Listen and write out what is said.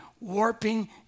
warping